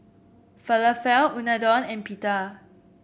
Falafel Unadon and Pita